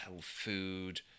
food